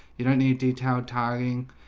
you don't need a detailed tiring